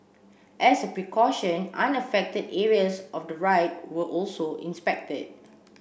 as a precaution unaffected areas of the ride were also inspected